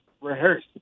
rehearse